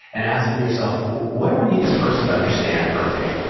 and asking yourself, what do i need this person to understand for me?